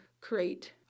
create